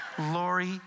Lori